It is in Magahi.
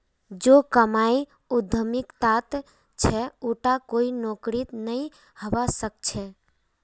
जो कमाई उद्यमितात छ उटा कोई नौकरीत नइ हबा स ख छ